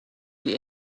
get